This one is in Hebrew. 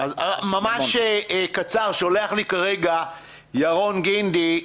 אבל אנחנו כן נותנים המון דברים.